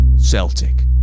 Celtic